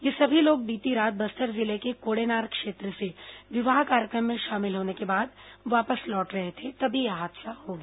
ये सभी लोग बीती रात बस्तर जिले के कोड़ेनार क्षेत्र से विवाह कार्यक्रम में शामिल होने के बाद वापस लौट रहे थे तभी यह हादसा हो गया